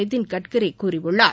நிதின்கட்கரி கூறியுள்ளார்